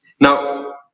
Now